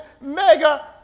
mega